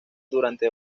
durante